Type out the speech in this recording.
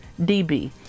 DB